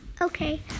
okay